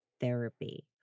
therapy